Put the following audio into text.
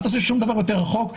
אל תעשה שום דבר יותר רחוק,